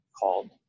called